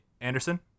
Anderson